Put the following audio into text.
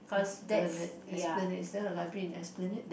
Esplanade Esplanade is there a library in Esplanade